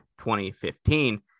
2015